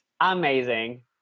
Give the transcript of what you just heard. Amazing